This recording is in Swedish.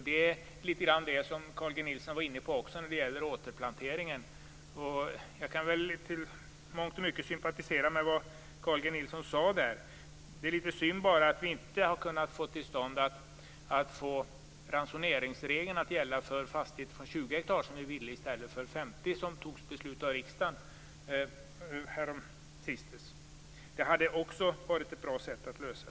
Det var litet grand detta som Carl G Nilsson var inne på också när det gällde återplanteringen. Jag kan i mångt och mycket sympatisera med vad Carl G Nilsson sade. Det är litet synd bara att vi inte har fått till stånd att ransoneringsregeln skall gälla för fastigheter från 20 hektar, som vi ville, i stället för från 50 hektar som riksdagen fattade beslut om häromsistens. Det hade varit en bra lösning.